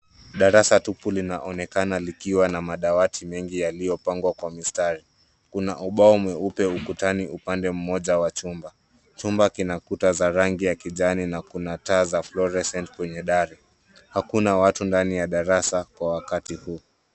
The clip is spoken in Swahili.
Darasa tupu linaonekana likiwa na madawati mengi yaliyopangwa kwa mistari. Kuna ubao mweupe ukutani upande mmoja wa chumba. Chumba kina kuta za rangi ya kijani na kuna taa za fluorescent kwenye dari. Hakuna watu ndani ya darasa kwa wakati huu.